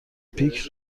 پیک